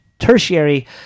tertiary